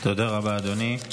תודה רבה, אדוני.